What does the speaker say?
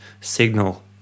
signal